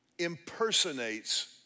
impersonates